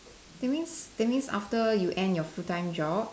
that means that means after you end your full time job